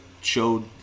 showed